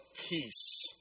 Peace